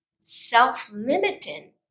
self-limiting